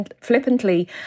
flippantly